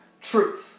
truth